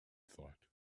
thought